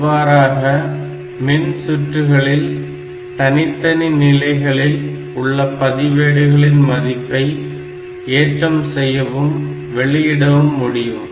இவ்வாறாக மின் சுற்றுகளில் தனித்தனி நிலைகளில் உள்ள பதிவேடுகளின் மதிப்பை ஏற்றம் செய்யவும் வெளியிடவும் முடியும்